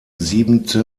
siebente